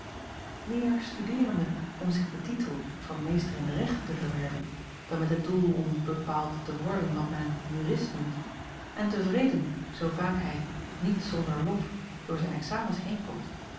meer studeerende om zich den titel van meester in de rechten te verwerven dan met het doel om bepaald te worden wat men een jurist noemt en tevreden zoo vaak hij niet zonder lof door zijn examens